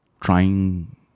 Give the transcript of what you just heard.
trying